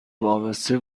وابسته